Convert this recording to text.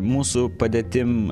mūsų padėtim